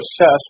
assess